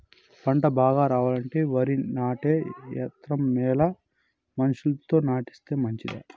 పంట బాగా రావాలంటే వరి నాటే యంత్రం మేలా మనుషులతో నాటిస్తే మంచిదా?